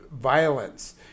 violence